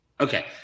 Okay